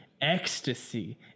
ecstasy